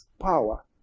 power